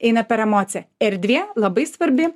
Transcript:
eina per emociją erdvė labai svarbi